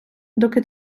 доки